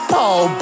Paul